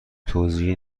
توضیحی